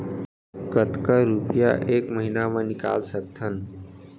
कतका रुपिया एक महीना म निकाल सकथन?